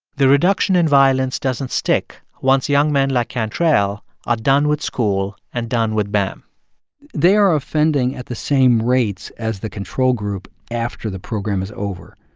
the reduction in violence doesn't stick once young men like cantrell are done with school and done with bam they are offending at the same rates as the control group after the program is over.